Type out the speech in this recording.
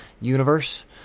universe